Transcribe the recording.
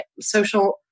social